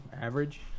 average